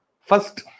first